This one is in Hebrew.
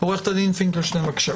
עו"ד פינקלשטיין, בבקשה.